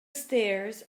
stairs